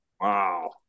Wow